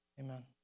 Amen